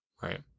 Right